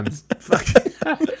Fuck